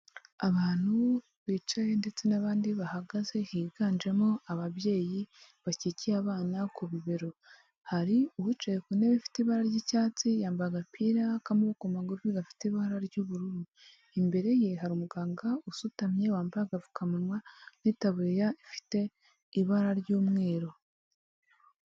Abantu bicaye ndetse n'abandi bahagaze higanjemo ababyeyi bakikiye abana ku bibero. Hari uwicaye ku ntebe ifite ibara ry'icyatsi, yamba agapira k'amaboko magufi gafite ibara ry'ubururu, imbere ye hari umuganga usutamye wambaye agapfukamunwa n'itaburiya ifite ibara ry'umweru.